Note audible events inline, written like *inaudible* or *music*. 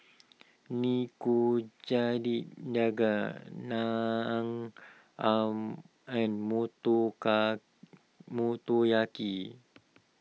*noise* *unintelligible* Naan arm and Motoka Motoyaki